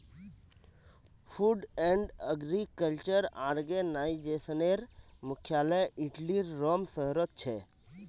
food and agriculture आर्गेनाईजेशनेर मुख्यालय इटलीर रोम शहरोत छे